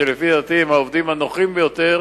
שלפי דעתי הם העובדים הנוחים ביותר